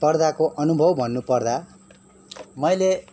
पर्दाको अनुभव भन्नुपर्दा मैले